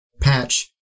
patch